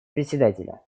председателя